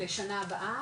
לשנה הבאה,